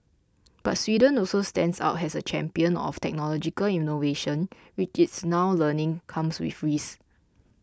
but Sweden also stands out as a champion of technological innovation which it's now learning comes with risks